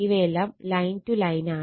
ഇവയെല്ലാം line to ലൈനാണ്